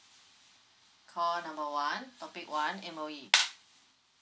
call number one topic one M_O_E